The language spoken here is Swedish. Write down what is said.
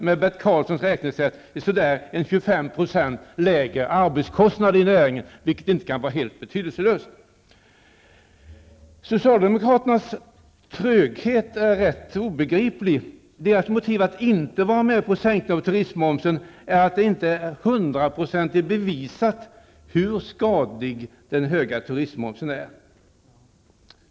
Med Bert Karlssons räknesätt betyder det ca 25 % lägre arbetskostnader i näringen, vilket inte kan vara helt betydelselöst. Socialdemokraternas tröghet är obegriplig. Deras motiv för att inte vara med på sänkningen av turistmomsen är att det inte är 100-procentigt bevisat hur skadlig den höga turistmomsen är.